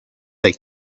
they